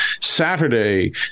Saturday